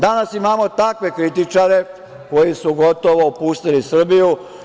Danas imamo takve kritičare koji su gotovo opustili Srbiju.